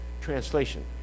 translation